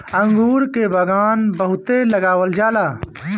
अंगूर के बगान बहुते लगावल जाला